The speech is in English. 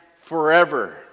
forever